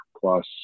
plus